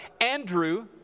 Andrew